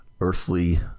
earthly